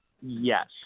Yes